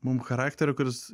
mum charakterio kuris